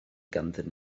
ganddyn